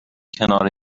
کنار